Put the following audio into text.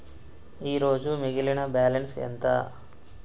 ఈరోజు మిగిలిన బ్యాలెన్స్ ఎంత?